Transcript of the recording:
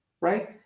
Right